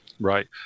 Right